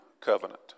covenant